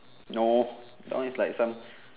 no that one is like some